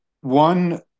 One